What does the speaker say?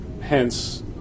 Hence